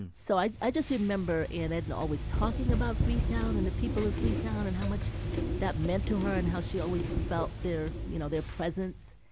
so i i just remember aunt edna always talking about freetown and the people in freetown and how much that meant to her and how she always felt their you know their presence.